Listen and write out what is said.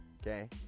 okay